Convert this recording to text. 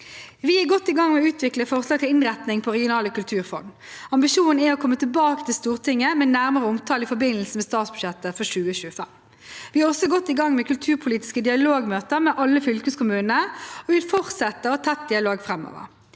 Vi er godt i gang med å utvikle forslag til innretning på regionale kulturfond. Ambisjonen er å komme tilbake til Stortinget med nærmere omtale i forbindelse med statsbudsjettet for 2025. Vi er også godt i gang med kulturpolitiske dialogmøter med alle fylkeskommunene, og vi fortsetter å ha tett dialog framover.